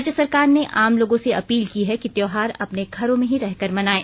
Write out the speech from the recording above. राज्य सरकार ने आम लोगों से अपील की है कि त्योहार अपने घरों में ही रहकर मनाये